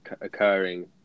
occurring